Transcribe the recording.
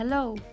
Hello